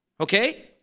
okay